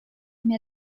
mir